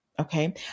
Okay